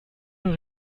mehr